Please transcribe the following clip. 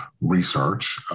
research